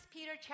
Peter